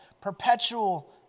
perpetual